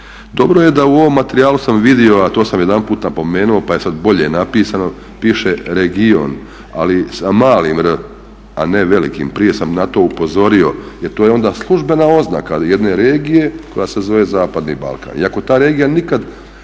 Dobro je da u ovom materijalu sam vidio, a to sam jedanput napomenuo pa je sad bolje napisano, piše region ali sa malim r, a ne velikim. Prije sam na to upozorio. Jer to je onda službena oznaka jedne regije koja se zove zapadni Balkan.